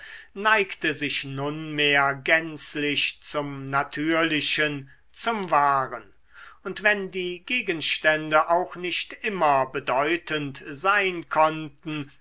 neigte sich nunmehr gänzlich zum natürlichen zum wahren und wenn die gegenstände auch nicht immer bedeutend sein konnten